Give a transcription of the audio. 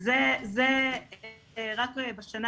זו סביבה רכה יותר בה יש קצין